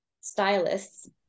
stylists